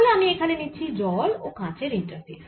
তাহলে আমি এখানে নিচ্ছি জল ও কাঁচের ইন্টারফেস